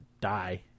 die